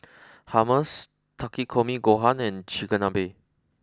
Hummus Takikomi Gohan and Chigenabe